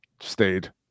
stayed